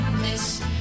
Miss